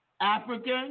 African